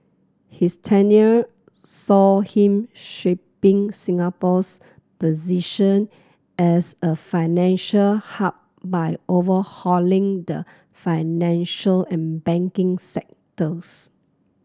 his tenure saw him shaping Singapore's position as a financial hub by overhauling the financial and banking sectors